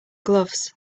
gloves